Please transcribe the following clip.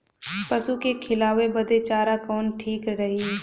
पशु के खिलावे बदे चारा कवन ठीक रही?